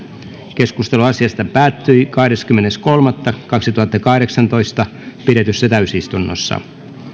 keskustelu asiasta päättyi kahdeskymmenes kolmatta kaksituhattakahdeksantoista pidetyssä täysistunnossa